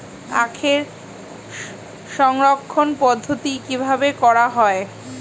আখের সংরক্ষণ পদ্ধতি কিভাবে করা হয়?